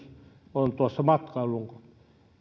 tuosta matkailun